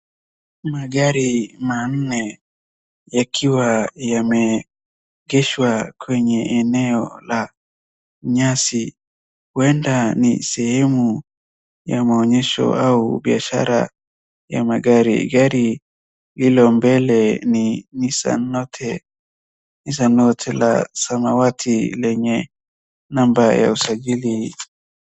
Magari manne yakiwa yameegeshwa kwenye eneo la nyasi. Huenda ni sehemu ya maonyesho au biashara ya magari. Gari hilo mbele ni Nissan Note Nissan Note la samawati lenye namba ya usajili